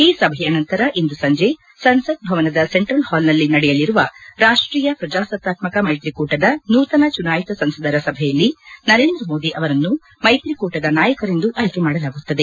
ಈ ಸಭೆಯ ನಂತರ ಇಂದು ಸಂಜೆ ಸಂಸತ್ ಭವನದ ಸೆಂಟ್ರಲ್ ಹಾಲ್ನಲ್ಲಿ ನಡೆಯಲಿರುವ ರಾಷ್ಲೀಯ ಪ್ರಜಾಸತ್ತಾತ್ಕಕ ಮೈತ್ರಿಕೂಟದ ನೂತನ ಚುನಾಯಿತ ಸಂಸದರ ಸಭೆಯಲ್ಲಿ ನರೇಂದ್ರಮೋದಿ ಅವರನ್ನು ಮೈತ್ರಿಕೂಟದ ನಾಯಕರೆಂದು ಆಯ್ಕೆ ಮಾಡಲಾಗುತ್ತದೆ